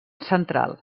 central